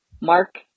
Mark